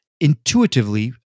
intuitively